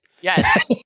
Yes